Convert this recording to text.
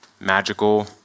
magical